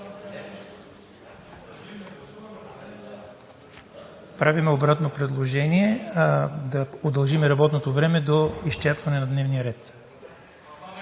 Правим обратно предложение – да удължим работното време до изчерпване на дневния ред.